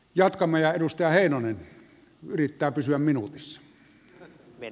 jatkamme ja edustaja heinonen yrittää pysyä minuutissa